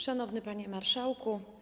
Szanowny Panie Marszałku!